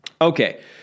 Okay